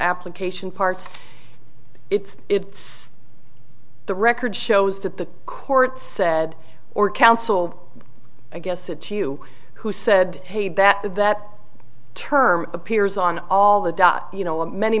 application parts it's the record shows that the court said or counsel i guess it to you who said hey that that term appears on all the you know many